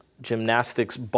gymnastics